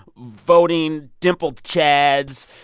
voting, dimpled chads,